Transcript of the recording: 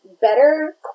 better